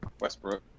Westbrook